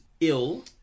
ill